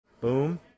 Boom